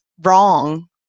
wrong